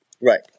Right